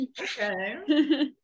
Okay